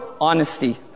Honesty